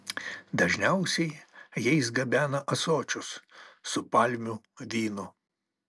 dažniausiai jais gabena ąsočius su palmių vynu